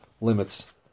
limits